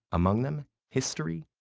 among them history,